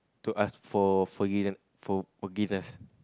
to ask for forgive~ forgiveness